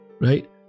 right